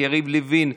יריב לוין,